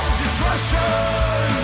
destruction